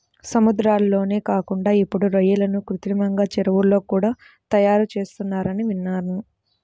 సముద్రాల్లోనే కాకుండా ఇప్పుడు రొయ్యలను కృత్రిమంగా చెరువుల్లో కూడా తయారుచేత్తన్నారని విన్నాను